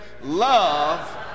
Love